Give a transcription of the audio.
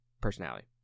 personality